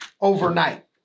overnight